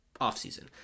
offseason